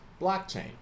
blockchain